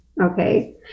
okay